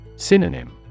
Synonym